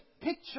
picture